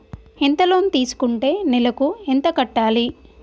ఎంత లోన్ తీసుకుంటే నెలకు ఎంత కట్టాలి?